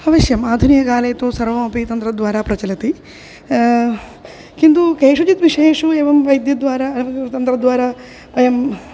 अवश्यम् आधुनिककाले तु सर्वमपि तन्त्रद्वारा प्रचलति किन्तु केषुचित् विषयेषु एवं वैद्यद्वारा तन्त्रद्वारा वयं